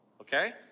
Okay